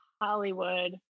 Hollywood